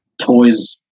toys